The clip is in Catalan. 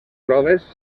proves